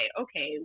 okay